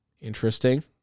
Interesting